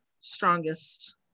strongest